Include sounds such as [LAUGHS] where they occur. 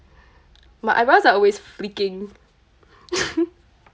my eyebrows are always flicking [LAUGHS]